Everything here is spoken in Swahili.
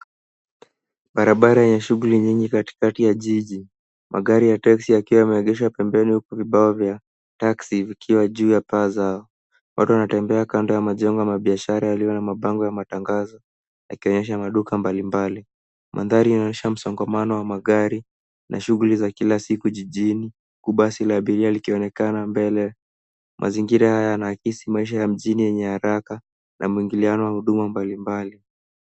Barabara yenye shughuli nyingi katikati ya jiji. Magari ya teksi yakiwa yameegeshwa pembeni huku vibao vya teksi vikiwa juu ya paa zao. Watu wanatembea kando ya majengo ya biashara yaliyo na matangazo yakionyesha maduka mbalimbali. Mandhari yanaonyesha msongamano wa magari na shughuli y kila siku jijini huku basi la abiria kukionekana mbele. Mazingira haya yanaakisi maisha ya mjini yenye haraka na maingiliano wa huduma mbalimbali.